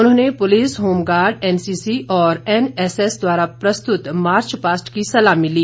उन्होंने police home guard NCC और NSS द्वारा प्रस्तुत मार्च पास्ट की सलामी ली